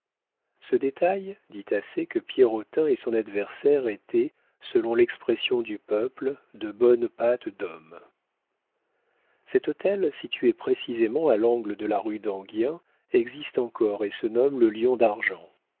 ce détail dit assez que pierrotin et son adversaire étaient selon l'expression du peuple de bonnes pâtes d'hommes cet hôtel situé précisément à l'angle de la rue d'enghien existe encore et se nomme le lion d'argent